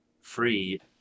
free